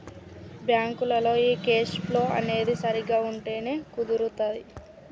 బ్యాంకులో ఈ cash flow అనేది సరిగ్గా ఉంటేనే కుదురుతాది